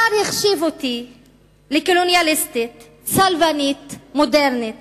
השר החשיב אותי לקולוניאליסטית, צלבנית מודרנית.